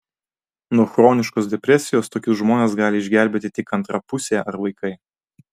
nuo chroniškos depresijos tokius žmones gali išgelbėti tik antra pusė ar vaikai